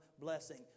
blessing